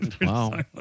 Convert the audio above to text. Wow